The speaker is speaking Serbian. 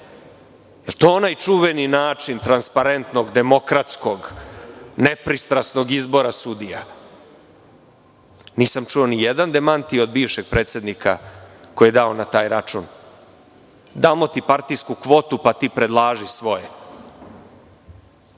li je to onaj čuveni način transparentnog, demokratskog, nepristrasnog izbora sudija? Nisam čuo nijedan demant od bivšeg predsednika koji je dao na taj račun. Damo ti partijsku kvotu, pa ti predlaži svoje.